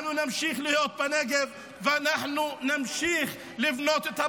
אנחנו נמשיך להיות בנגב ואנחנו נמשיך לבנות את הבתים.